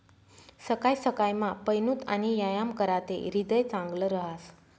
सकाय सकायमा पयनूत आणि यायाम कराते ह्रीदय चांगलं रहास